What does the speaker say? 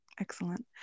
Excellent